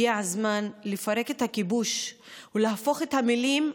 הגיע הזמן לפרק את הכיבוש ולהפוך את המילים,